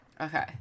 Okay